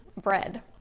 bread